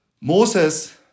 Moses